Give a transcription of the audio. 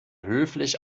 höflich